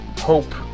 hope